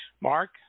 Mark